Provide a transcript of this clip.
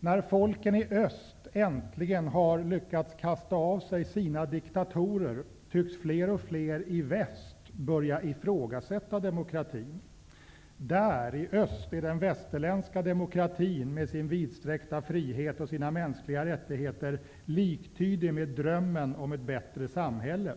när folken i öst äntligen har lyckats kasta av sig sina diktatorer tycks fler och fler i väst börja ifrågasätta demokratin. I öst är den västerländska demokratin, med sin vidsträckta frihet och sina mänskliga rättigheter, liktydig med drömmen om ett bättre samhälle.